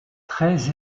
très